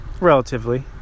relatively